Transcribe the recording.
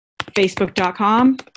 facebook.com